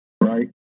right